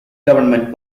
government